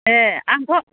ए आंथ'